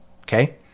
Okay